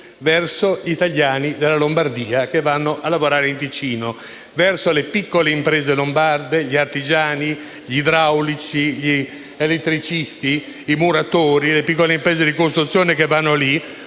degli italiani della Lombardia che vanno a lavorare in Ticino, delle piccole imprese lombarde, di artigiani, idraulici, elettricisti, muratori e piccole imprese di costruzione, sostenendo una